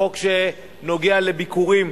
חוק שנוגע לביקורים,